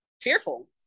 fearful